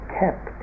kept